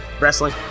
Wrestling